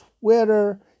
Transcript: Twitter